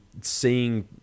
seeing